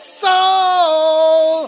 soul